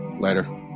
later